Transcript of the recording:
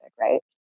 right